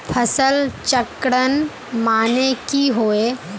फसल चक्रण माने की होय?